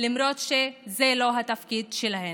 למרות שזה לא התפקיד שלהן.